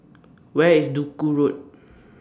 Where IS Duku Road